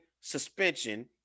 suspension